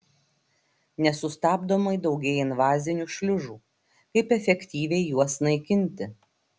nesustabdomai daugėja invazinių šliužų kaip efektyviai juos naikinti